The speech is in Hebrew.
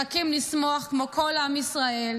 מחכים לשמוח, כמו כל עם ישראל,